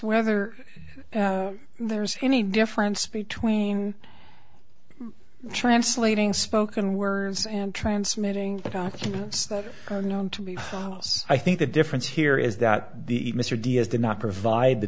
whether there's any difference between translating spoken words and transmitting documents that are known to be house i think the difference here is that the mr d s did not provide the